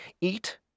Eat